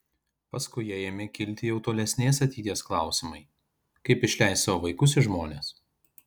paskui jai ėmė kilti jau tolesnės ateities klausimai kaip išleis savo vaikus į žmones